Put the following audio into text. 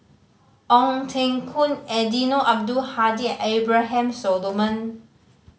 Ong Teng Koon Eddino Abdul Hadi and Abraham Solomon